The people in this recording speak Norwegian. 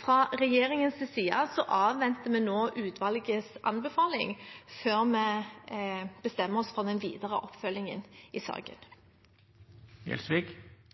Fra regjeringens side avventer vi nå utvalgets anbefaling før vi bestemmer oss for den videre oppfølgingen i